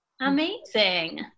Amazing